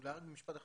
אולי רק במשפט אחד.